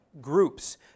groups